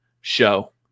show